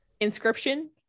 Inscription